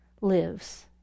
lives